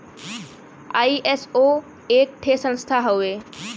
ISO एक ठे संस्था हउवे